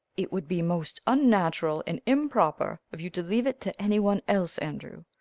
it would be most unnatural and improper of you to leave it to anyone else, andrew.